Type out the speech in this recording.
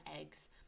eggs